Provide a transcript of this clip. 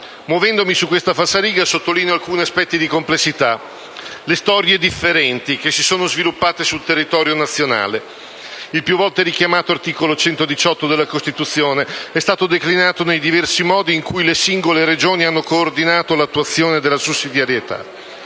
Muovendomi su questa falsariga sottolineo alcuni aspetti di complessità, a partire dalle storie differenti che si sono sviluppate sul territorio nazionale. Il più volte richiamato articolo 118 della Costituzione è stato declinato nei diversi modi in cui le singole Regioni hanno coordinato l'attuazione della sussidiarietà.